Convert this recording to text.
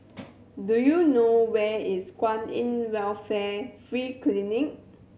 do you know where is Kwan In Welfare Free Clinic